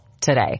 today